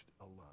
alone